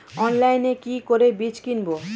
অনলাইনে কি করে বীজ কিনব?